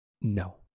No